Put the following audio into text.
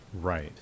Right